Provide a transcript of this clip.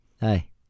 Hey